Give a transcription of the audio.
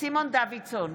סימון דוידסון,